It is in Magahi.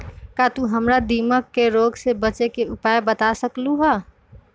का तू हमरा दीमक के रोग से बचे के उपाय बता सकलु ह?